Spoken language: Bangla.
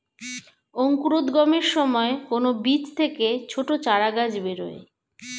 অঙ্কুরোদ্গমের সময় কোন বীজ থেকে ছোট চারাগাছ বেরোয়